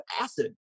acid